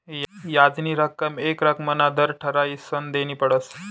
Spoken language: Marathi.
याजनी रक्कम येक रक्कमना दर ठरायीसन देनी पडस